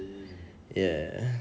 ya